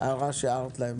ההערה שהערת להם?